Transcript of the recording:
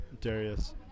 Darius